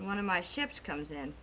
one of my ships comes in